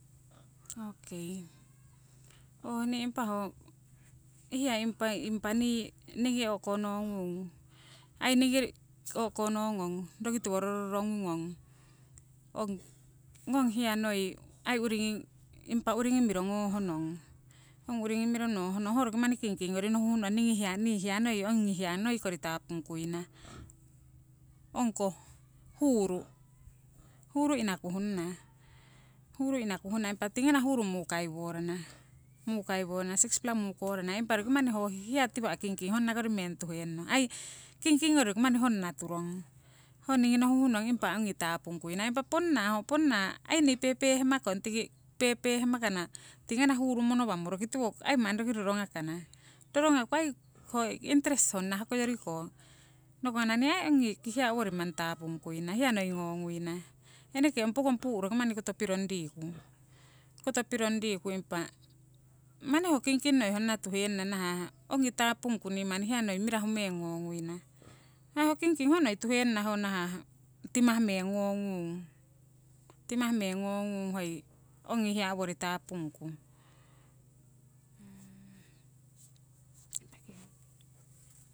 okei ooh nii impa ho hiya impa, impa nii ningi o'konongung ai ningi o'konongong roki tiwo rorongungong ong ngong hiya noi ai uringi impa uringi miro ngohnong. Ong uringi miro ngohnong ho roki manni kingking ngori nohu'nong nii hia nii hia noi ongi hia noi kori tapungkuina, ong koh huuru, huuru inaku'nana. Huuru inaku'nana, impa tii ngana huuru mukaiworana, mukaiworana, six pla mukorana, impa roki manni ho hiya tiwah kingking honnakori meng tuhennong, ai kingking ngori roki manni honna turong, ho ningi nohu'nong impa ongi taapungkuina. Impa ponna ho ponna ai nii pepehmakong tiki pepehmakana tii ngana huuru monowamo rokitiwo aii manni roki rorongakana, rorongaku aii hoi interest honna hokoyoriko. Nokongana nee aii ongi hiya owori manni taapungkuina, hiya noi ngonguina. Eneke ong pokong puuh roki manni koto pirong riku, koto pirong riku impa, manni ho kingking noi honna tuhennong nahah ongi tapungku, ni manni hiya noi mirahu nonguina. Ai ho kingking ho noi tuhennana hoo nahah tima' meng ngongung, tima' meng ngongung hoi, ongi hiya owori tapungku